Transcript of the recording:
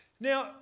Now